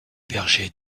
bergers